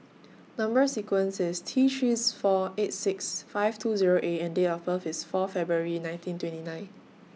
Number sequence IS T three four eight six five two Zero A and Date of birth IS four February nineteen twenty nine